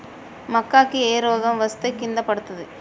మక్కా కి ఏ రోగం వస్తే కింద పడుతుంది?